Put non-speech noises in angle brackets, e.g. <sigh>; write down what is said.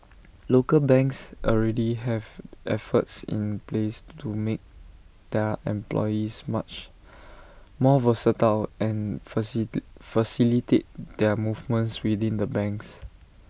local banks already have efforts in place to make their employees much more versatile and <unintelligible> facilitate their movements within the banks